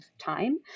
time